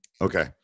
Okay